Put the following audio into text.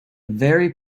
very